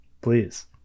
Please